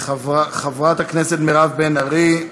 חברת הכנסת מירב בן ארי,